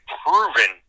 proven